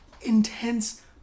intense